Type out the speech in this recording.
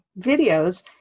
videos